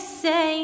say